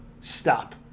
stop